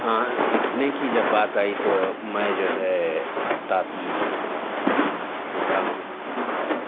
ہاں لکھنے کی جب بات آئی تو میں جو ہے خطاطی سیکھا ہوں اور